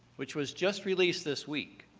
which was just released this week,